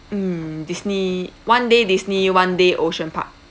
mm Disney one day Disney one day ocean park